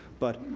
but,